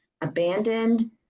abandoned